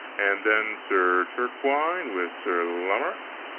and then sir turquine with sir lamorak,